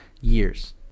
years